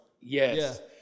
Yes